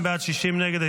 52 בעד, 60 נגד.